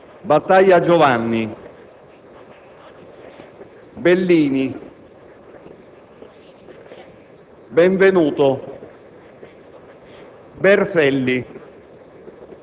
Battaglia Antonio, Battaglia Giovanni, Bellini,